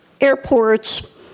airports